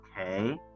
Okay